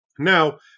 Now